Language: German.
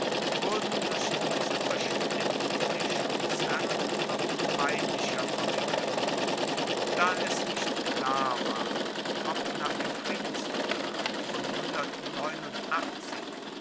wurden durch diese verstimmung der schutzherren noch peinlicher verwickelt da es nicht klar war ob nach dem friedensvertrag von